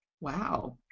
Wow